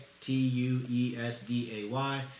T-U-E-S-D-A-Y